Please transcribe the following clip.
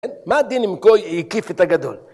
‫מה הדין אם גוי הקיף את הגדול?